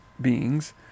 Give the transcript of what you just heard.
beings